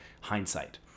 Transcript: hindsight